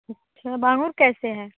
अच्छा बांगुर कैसे हैं